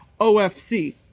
OFC